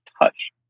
touch